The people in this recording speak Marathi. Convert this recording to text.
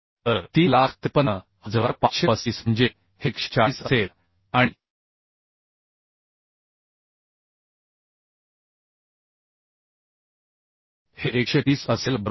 तर 35 3535 म्हणजे हे 140 असेल आणि हे 130 असेल बरोबर